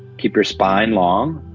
keep your spine long.